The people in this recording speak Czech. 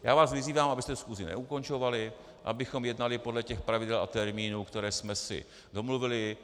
Já vás vyzývám, abyste schůzi neukončovali, abychom jednali podle těch pravidel a termínů, které jsme si domluvili.